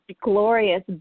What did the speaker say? glorious